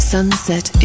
Sunset